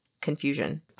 confusion